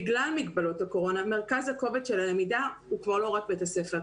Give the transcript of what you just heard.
בגלל מגבלות הקורונה מרכז הכובד של הלמידה הוא כבר לא רק בית הספר,